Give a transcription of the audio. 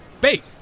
Bait